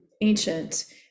ancient